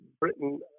Britain